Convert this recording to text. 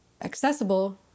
accessible